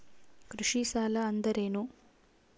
ಕೃಷಿ ಸಾಲ ಅಂದರೇನು?